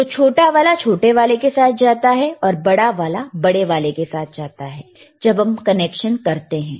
तो छोटा वाला छोटे वाले के साथ जाता है और बड़ा वाला बड़े वाले के साथ जाता है जब हम कनेक्शन करते हैं